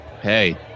Hey